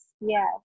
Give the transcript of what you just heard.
Yes